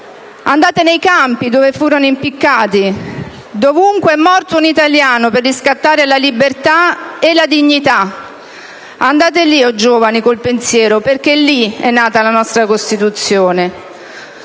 nei campi dove furono impiccati. Dovunque è morto un italiano per riscattare la libertà e la dignità, andate là, o giovani, col pensiero, perché là è nata la nostra Costituzione».